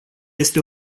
este